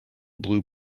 blue